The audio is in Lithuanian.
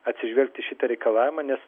atsižvelgti į šitą reikalavimą nes